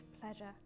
pleasure